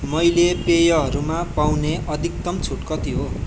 मैले पेयहरूमा पाउने अधिकतम छुट कति हो